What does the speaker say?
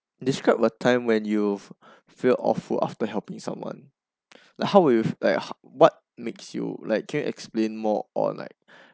describe a time when you feel awful after helping someone like how would you like what makes you like can you explain more or like